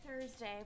Thursday